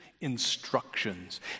instructions